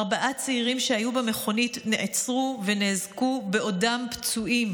ארבעה צעירים שהיו במכונית נעצרו ונאזקו בעודם פצועים.